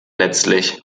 letztlich